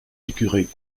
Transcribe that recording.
ecureuils